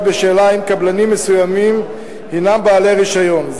בשאלה אם קבלנים מסוימים הם בעלי רשיון,